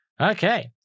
Okay